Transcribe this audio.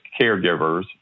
caregivers